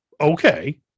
okay